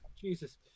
jesus